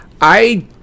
I